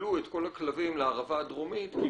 תגלו את כל הכלבים לערבה הדרומית כי